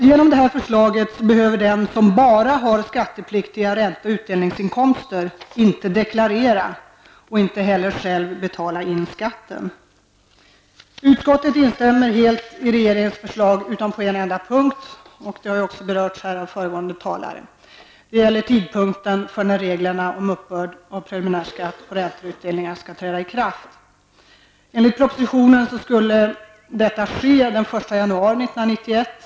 Genom det här förslaget behöver den som bara har skattepliktiga ränte eller utdelningsinkomster inte deklarera och inte heller själv betala in skatten. Utskottet instämmer helt i regeringens förslag utom på en enda punkt, vilket har berörts av föregående talare, nämligen när det gäller tidpunkten då reglerna om uppbörd av preliminär skatt på räntor och utdelningar skall träda i kraft. 1991.